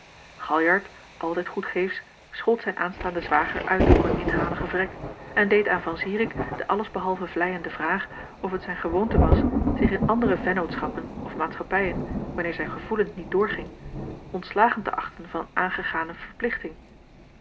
galjart altijd goedgeefsch schold zijn aanstaanden zwager uit voor een inhaligen vrek en deed aan van zirik de alles behalve vleiende vraag of het zijn gewoonte was zich in andere vennootschappen of maatschappijen wanneer zijn gevoelen niet doorging ontslagen te achten van een aangegane verplichting